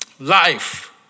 Life